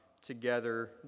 together